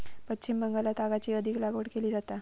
पश्चिम बंगालात तागाची अधिक लागवड केली जाता